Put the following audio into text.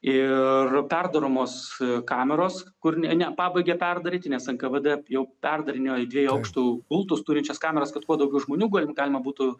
ir perdaromos kameros kur ne nepabaigė perdaryti nes nkvd jau perdarinėjo į dviejų aukštų gultus turinčias kameras kad kuo daugiau žmonių gal galima būtų